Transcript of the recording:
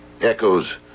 Echoes